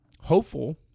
hopeful